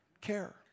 Care